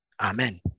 Amen